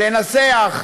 לנסח,